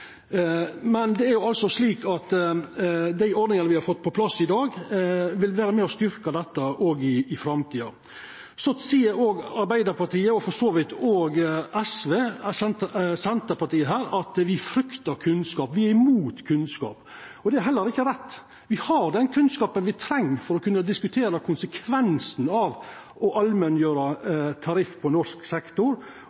Men det er altså slik at dei ordningane me har fått på plass i dag, vil vera med og styrka dette òg i framtida. Så seier òg Arbeidarpartiet, og for så vidt òg Senterpartiet, her at me fryktar kunnskap, at me er imot kunnskap. Det er heller ikkje rett. Me har den kunnskapen me treng for å kunna diskutera konsekvensen av å allmenngjera